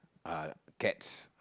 uh cats